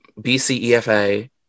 BCEFA